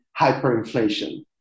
hyperinflation